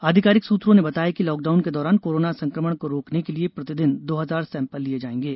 आधिकारिक सूत्रों ने बताया कि लॉकडाउन के दौरान कोरोना संक्रमण को रोकने के लिये प्रतिदिन दो हजार सेंपल लिये जाएंगे